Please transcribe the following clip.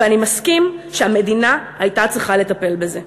ואני מסכים שהמדינה הייתה צריכה לטפל בזה."